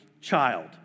child